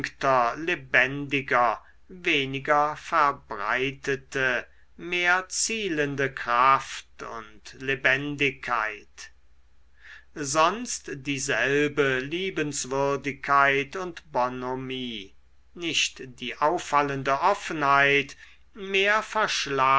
lebendiger weniger verbreitete mehr zielende kraft und lebendigkeit sonst dieselbe liebenswürdigkeit und bonhomie nicht die auffallende offenheit mehr